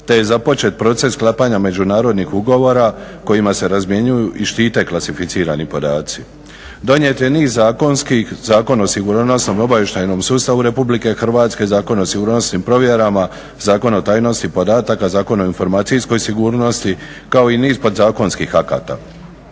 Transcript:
te je započet proces sklapanja međunarodnih ugovora kojima se razmjenjuju i štite klasificirani podaci. Donijet je niz zakona, Zakon o sigurnosno-obavještajnom sustavu RH, Zakon o sigurnosti provjerama, Zakon o tajnosti podataka, Zakon o informacijskoj sigurnosti kao i niz podzakonskih akata.